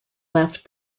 left